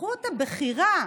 זכות הבחירה,